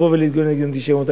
להתגונן נגד האנטישמיות.